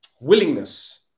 willingness